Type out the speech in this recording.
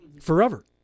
forever